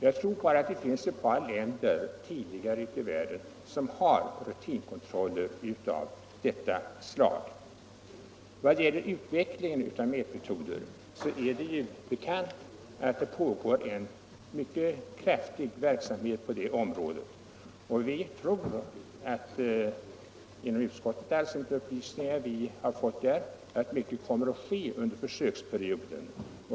Jag tror att det tidigare bara finns ett par länder i världen som har rutinkontroller av detta slag. Det är bekant att det pågår en mycket kraftig verksamhet när det gäller utvecklingen av mätmetoder. Vi tror inom utskottet, med ledning av de upplysningar vi har fått, att mycket kommer att ske under försöksperioden.